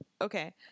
okay